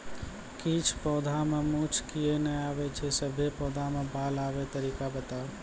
किछ पौधा मे मूँछ किये नै आबै छै, सभे पौधा मे बाल आबे तरीका बताऊ?